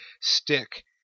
Stick